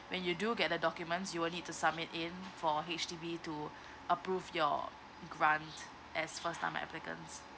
when you do get the documents you will need to submit in for H_D_B to approve your grant as first time applicant